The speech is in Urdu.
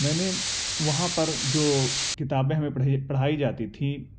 میں نے وہاں پر جو کتابیں ہمیں پڑھائی جاتی تھیں